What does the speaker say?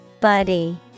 Buddy